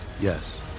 Yes